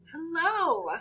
Hello